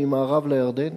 ממערב לירדן,